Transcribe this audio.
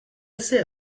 assez